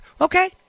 okay